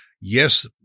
yes –